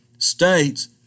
States